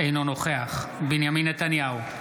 אינו נוכח בנימין נתניהו,